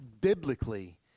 biblically